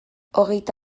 hogeita